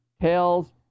tails